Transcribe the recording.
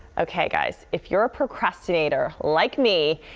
okay, guys. if you're a procrastinator like me,